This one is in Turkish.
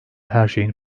herşeyin